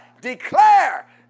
Declare